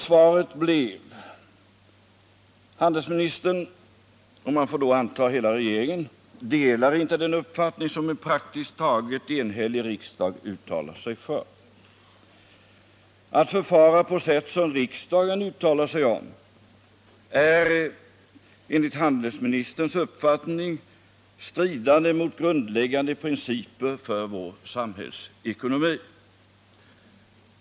Svaret blev att handelsministern —och man får anta hela regeringen — inte delar den uppfattning som en praktiskt taget enhällig riksdag uttalat sig för. Att förfara på det sätt som riksdagen uttalat sig för är enligt handelsministerns uppfattning stridande mot grundläggande Nr 157 principer för vår samhällsekonomi.